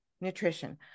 nutrition